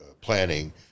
planning